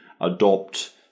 adopt